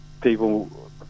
people